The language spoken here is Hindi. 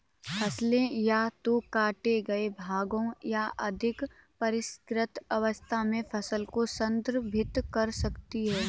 फसलें या तो काटे गए भागों या अधिक परिष्कृत अवस्था में फसल को संदर्भित कर सकती हैं